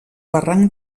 barranc